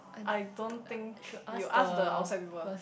I don't think you ask the outside people